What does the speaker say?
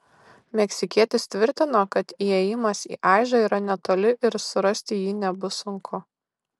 meksikietis tvirtino kad įėjimas į aižą yra netoli ir surasti jį nebus sunku